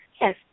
Yes